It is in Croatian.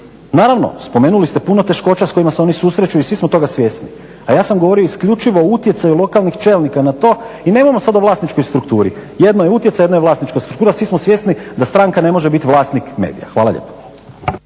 Naravno spomenuli ste puno teškoća s kojima se oni susreću i svi smo toga svjesni, a ja sam govorio isključivo o utjecaju lokalnih čelnika na to i nemojmo sada o vlasničkoj strukturi. Jedno je utjecaj, jedno je vlasnička struktura. Svi smo svjesni da stranka ne može biti vlasnik medija. Hvala lijepo.